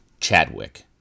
Chadwick